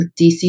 DC